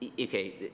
Okay